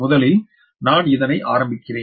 முதலில் நான் இதனை ஆரம்பிக்கிறேன்